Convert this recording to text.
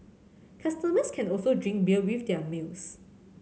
customers can also drink beer with their meals